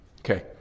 okay